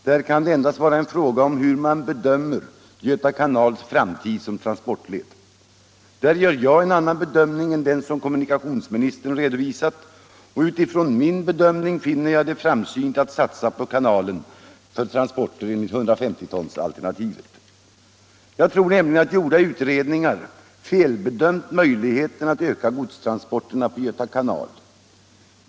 Där kan det endast vara fråga om hur man bedömer Göta kanals framtid som transportled. Jag gör en annan bedömning än den kommunikationsministern redovisat, och utifrån min bedömning finner jag det framsynt att satsa på kanalen för transporter enligt 1500-tonsalternativet. Jag tror nämligen att gjorda utredningar felbedömt möjligheterna att öka godstransporterna på Göta kanal.